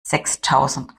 sechstausend